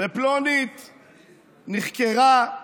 ופלונית נחקרה,